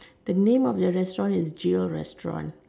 the name of the restaurant is jail restaurant